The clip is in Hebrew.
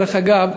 דרך אגב,